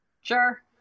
Sure